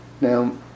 Now